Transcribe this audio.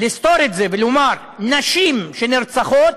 לסתור את זה ולומר: נשים שנרצחות,